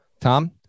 Tom